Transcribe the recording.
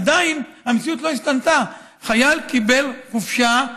עדיין המציאות לא השתנתה: חייל קיבל חופשה,